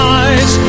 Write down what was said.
eyes